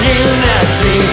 unity